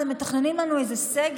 אתם מתכננים לנו את איזה סגר,